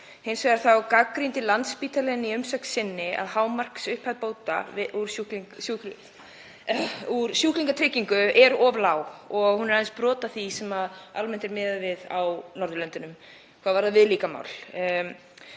Hins vegar gagnrýndi Landspítalinn í umsögn sinni að hámarksupphæð bóta úr sjúklingatryggingu væri of lág, hún er aðeins brot af því sem almennt er miðað við á Norðurlöndunum hvað varðar viðlíka mál.